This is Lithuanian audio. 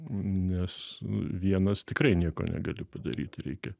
nes nu vienas tikrai nieko negali padaryti reikia